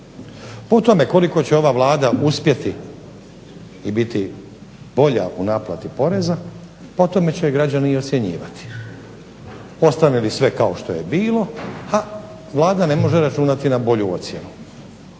Po tome koliko će ova Vlada uspjeti i biti bolja u naplati poreza po tome će i građani ocjenjivati. Ostane li sve kako je bilo, ha, Vlada ne može računati na bolju ocjenu.